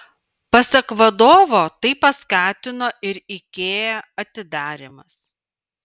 pasak vadovo tai paskatino ir ikea atidarymas